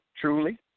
truly